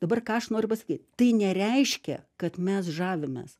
dabar ką aš noriu pasakyt tai nereiškia kad mes žavimės